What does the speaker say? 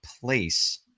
place